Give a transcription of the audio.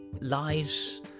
lives